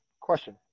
Question